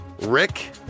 Rick